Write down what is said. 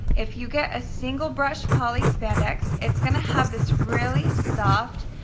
if you get a single brushed poly spandex, it's gonna have this really soft,